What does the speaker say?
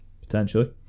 Potentially